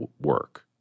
work